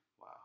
Wow